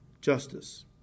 justice